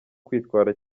kwitwara